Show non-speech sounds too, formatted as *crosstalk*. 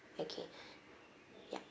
okay *breath* ya